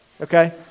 okay